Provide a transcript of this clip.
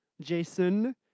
Jason